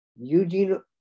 Eugene –